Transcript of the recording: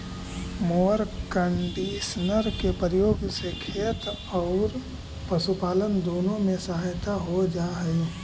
mower conditioner के प्रयोग से खेत औउर पशुपालन दुनो में सहायता हो जा हई